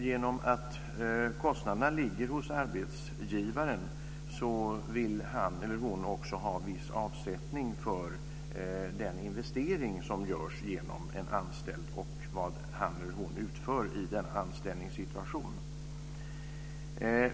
Genom att kostnaderna ligger hos arbetsgivaren vill han eller hon också ha viss avkastning av den investering som görs i en anställd och vad denne eller denna utför i en anställningssituation.